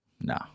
No